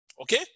Okay